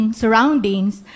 surroundings